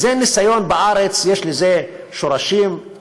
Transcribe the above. בארץ יש לזה שורשים,